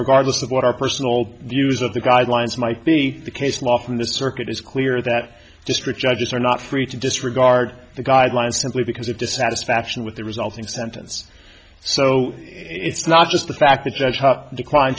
regardless of what our personal views of the guidelines might be the case law from this circuit is clear that district judges are not free to disregard the guidelines simply because of dissatisfaction with the resulting sentence so it's not just the fact that such high decline